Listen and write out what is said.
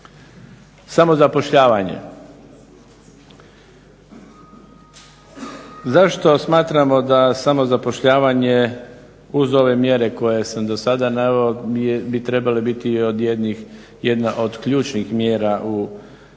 Samozapošljavanje, zašto smatramo da samozapošljavanje uz ove mjere koje sam do sada naveo bi trebale biti od jednih, jedna od ključnih mjera u